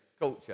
culture